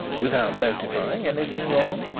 without notifying anything wrong?